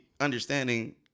understanding